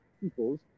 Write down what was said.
people's